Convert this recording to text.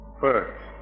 first